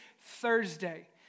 Thursday